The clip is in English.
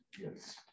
Yes